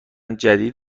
جدید